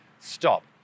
stop